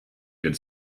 good